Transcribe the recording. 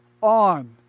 on